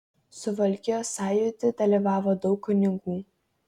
suvalkijos sąjūdy dalyvavo daug kunigų